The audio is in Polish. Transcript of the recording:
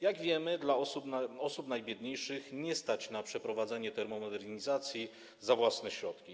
Jak wiemy, osób najbiedniejszych nie stać na przeprowadzenie termomodernizacji za własne środki.